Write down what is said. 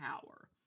power